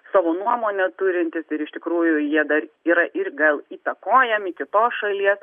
savo nuomonę turintys ir iš tikrųjų jie dar yra ir gal įtakojami ir kitos šalies